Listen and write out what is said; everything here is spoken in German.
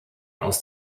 aus